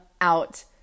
out